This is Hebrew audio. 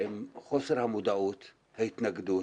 עם חוסר המודעות, ההתנגדות